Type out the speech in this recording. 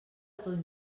ton